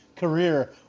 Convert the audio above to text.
career